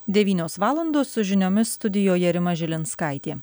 devynios valandos su žiniomis studijoje rima žilinskaitė